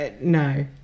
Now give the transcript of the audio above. No